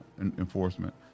enforcement